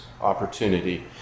opportunity